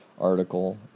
article